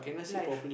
life